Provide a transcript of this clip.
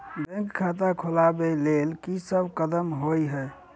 Bank खाता खोलबाबै केँ लेल की सब कदम होइ हय?